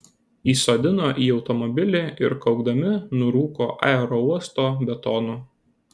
įsodino į automobilį ir kaukdami nurūko aerouosto betonu